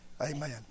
Amen